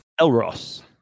Elros